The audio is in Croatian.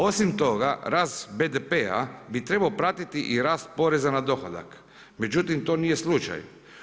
Osim toga rast BDP-a bi trebao pratiti i rast poreza na dohodak, međutim to nije slučaj.